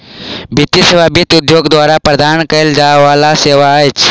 वित्तीय सेवा वित्त उद्योग द्वारा प्रदान कयल जाय बला सेवा अछि